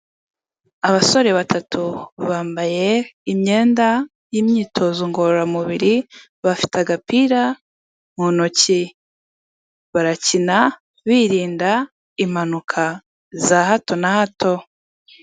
Abasore batatu bambaye imyenda y'imyitozo ngororamubiri, bafite agapira mu ntoki barakina birinda impanuka za hato na hato.